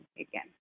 again